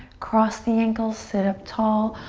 cross the ankles, sit up tall.